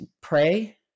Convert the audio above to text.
pray